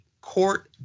Court